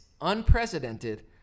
unprecedented